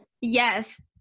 yes